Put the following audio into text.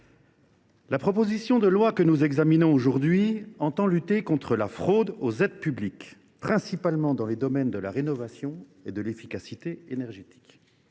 la proposition de loi que nous examinons aujourd’hui vise à lutter contre la fraude aux aides publiques, principalement dans les domaines de la rénovation et de l’efficacité énergétiques.